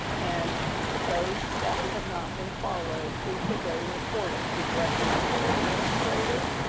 and those steps have not been followed, who should they report it to, directly to their administrator?